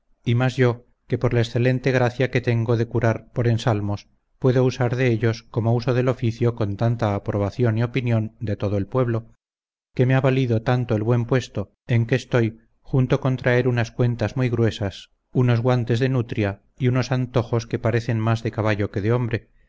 y más yo que por la excelente gracia que tengo de curar por ensalmos puedo usar de ellos como uso del oficio con tanta aprobación y opinión de todo el pueblo que me ha valido tanto el buen puesto en que estoy junto con traer unas cuentas muy gruesas unos guantes de nutria y unos antojos que parecen más de caballo que de hombre